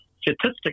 statistics